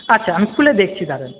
আচ্ছা আমি খুলে দেখছি দাঁড়ান